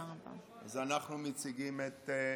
אנחנו מציגים את החוק.